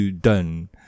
done